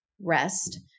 rest